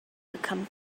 become